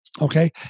okay